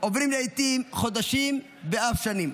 עוברים לעיתים חודשים ואף שנים.